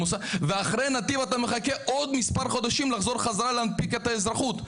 ואחרי נתיב אתה מחכה עוד מספר חודשים כדי לחזור חזרה להנפיק אזרחות,